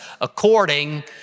according